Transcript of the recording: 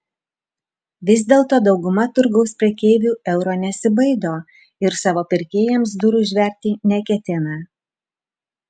vis dėlto dauguma turgaus prekeivių euro nesibaido ir savo pirkėjams durų užverti neketina